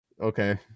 okay